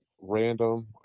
random